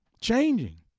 Changing